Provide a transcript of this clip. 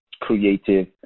Creative